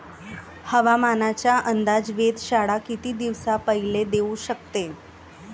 हवामानाचा अंदाज वेधशाळा किती दिवसा पयले देऊ शकते?